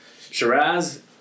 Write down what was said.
Shiraz